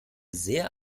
sehr